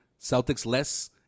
Celtics-less